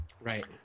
Right